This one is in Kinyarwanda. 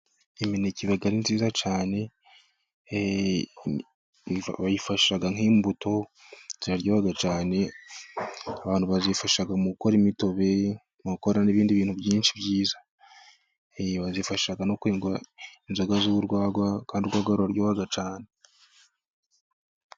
Imineke iba ari myiza cyane bayifasha nk'imbuto iraryoha cyane, abantu bayifasha mu gukora imitobe, mukora n'ibindi bintu byinshi byiza. Bayifasha no kwenga inzoga z'urwagwa, kandi urwagwa ruraryoha cyane.